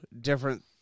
different